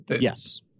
Yes